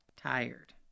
tired